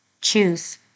Choose